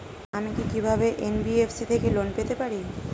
আমি কি কিভাবে এন.বি.এফ.সি থেকে লোন পেতে পারি?